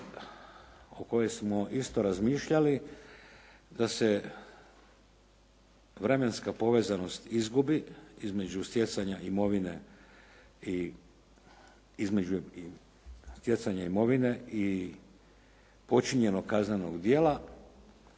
o kojoj smo isto razmišljali da se vremenska povezanost izgubi između stjecanja imovine i počinjenog kaznenog djela